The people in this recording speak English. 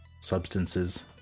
Substances